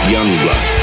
Youngblood